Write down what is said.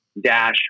dash